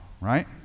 Right